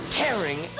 tearing